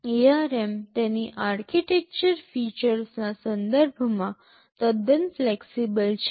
ARM તેની architecture ફીચર્સના સંદર્ભમાં તદ્દન ફ્લેક્સિબલ છે